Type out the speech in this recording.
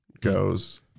goes